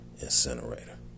incinerator